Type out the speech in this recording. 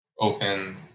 open